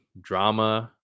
drama